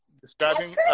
describing